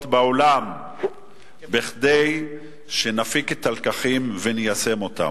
בעולם כדי שנפיק את הלקחים וניישם אותם.